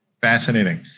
fascinating